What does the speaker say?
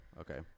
okay